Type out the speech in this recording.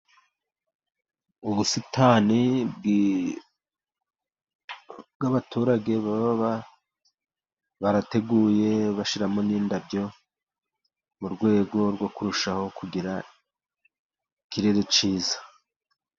Ubusitani bw'abaturage baba barateguye bashyiramo n'indabo, mu rwego rwo kurushaho kugira ikirere cyiza.